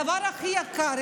הדבר הכי יקר,